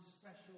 special